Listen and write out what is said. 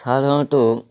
সাধারণত